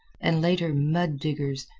and later mud diggers,